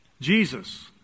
Jesus